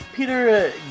Peter